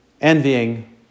envying